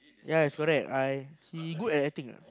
ya it's correct I he good at acting lah